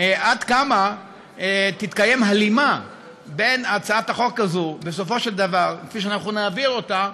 עד כמה תתקיים הלימה בין הצעת החוק הזאת כפי שנעביר אותה